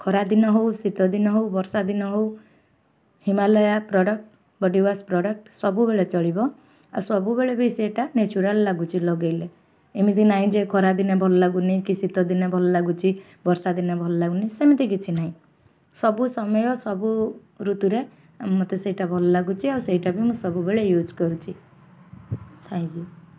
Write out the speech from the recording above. ଖରାଦିନ ହଉ ଶୀତ ଦିନ ହଉ ବର୍ଷା ଦିନ ହଉ ହିମାଲୟ ପ୍ରଡ଼କ୍ଟ ବଡ଼ିୱାଶ୍ ପ୍ରଡ଼କ୍ଟ ସବୁବେଳେ ଚଳିବ ଆଉ ସବୁବେଳେ ବି ସେଇଟା ନ୍ୟାଚୁରାଲ୍ ଲାଗୁଛି ଲଗେଇଲେ ଏମିତି ନାହିଁ ଯେ ଖରାଦିନେ ଭଲ ଲାଗୁନି କି ଶୀତଦିନେ ଭଲ ଲାଗୁଛି ବର୍ଷାଦିନେ ଭଲ ଲାଗୁନି ସେମିତି କିଛି ନାହିଁ ସବୁ ସମୟ ସବୁ ଋତୁରେ ମୋତେ ସେଇଟା ଭଲ ଲାଗୁଛି ଆଉ ସେଇଟା ବି ମୁଁ ସବୁବେଳେ ୟୁଜ୍ କରୁଛି ଥ୍ୟାଙ୍କ ୟୁ